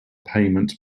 payment